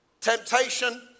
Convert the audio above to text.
Temptation